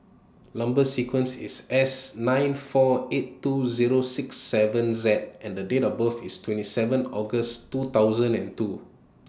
Number sequence IS S nine four eight two Zero six seven Z and The Date of birth IS twenty seven August two thousand and two